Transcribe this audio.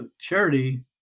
charity